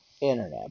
Internet